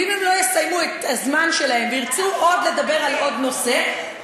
ואם הם לא יסיימו את הזמן שלהם וירצו לדבר על עוד נושא,